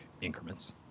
increments